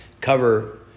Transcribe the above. cover